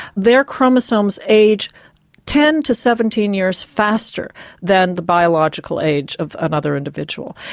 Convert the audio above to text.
their chromosomes age ten to seventeen years faster than the biological age of another individual.